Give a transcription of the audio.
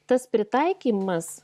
tas pritaikymas